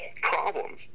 problems